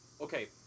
Okay